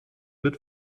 wird